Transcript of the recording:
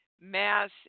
mass